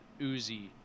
Uzi